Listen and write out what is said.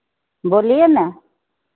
बोलिए ना